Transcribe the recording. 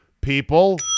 people